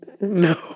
No